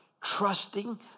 Trusting